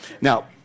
Now